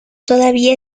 todavía